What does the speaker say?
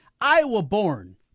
Iowa-born